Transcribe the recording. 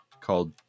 called